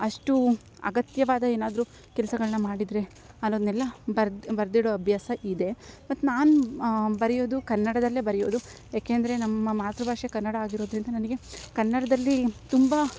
ಅಷ್ಟು ಅಗತ್ಯವಾದ ಏನಾದರು ಕೆಲಸಗಳ್ನ ಮಾಡಿದರೆ ಅನ್ನೋದ್ನೆಲ್ಲ ಬರ್ದು ಬರೆದಿಡೊ ಅಭ್ಯಾಸ ಇದೆ ಮತ್ತು ನಾನು ಬರಿಯೋದು ಕನ್ನಡದಲ್ಲೇ ಬರೆಯೋದು ಏಕೆಂದ್ರೆ ನಮ್ಮ ಮಾತೃ ಭಾಷೆ ಕನ್ನಡ ಆಗಿರೋದರಿಂದ ನನಗೆ ಕನ್ನಡದಲ್ಲಿ ತುಂಬ